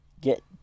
get